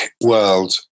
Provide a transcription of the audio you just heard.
World